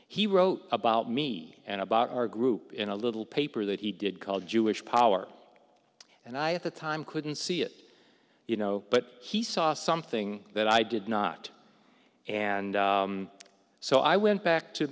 he wrote about me and about our group in a little paper that he did called jewish power and i at the time couldn't see it you know but he saw something that i did not and so i went back to